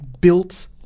built